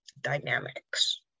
dynamics